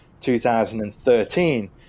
2013